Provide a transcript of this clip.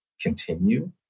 continue